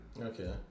Okay